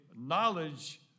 knowledge